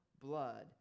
blood